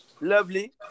Lovely